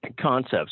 concepts